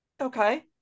okay